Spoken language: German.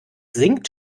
sinkt